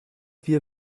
wir